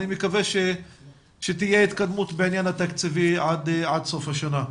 אני מקווה שתהיה התקדמות בעניין התקציבי עד סוף השנה.